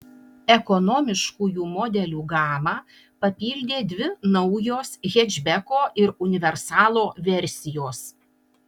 ekonomiškųjų modelių gamą papildė dvi naujos hečbeko ir universalo versijos